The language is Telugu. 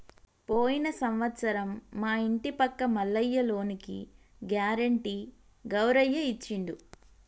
పోయిన సంవత్సరం మా ఇంటి పక్క మల్లయ్య లోనుకి గ్యారెంటీ గౌరయ్య ఇచ్చిండు